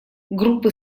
группы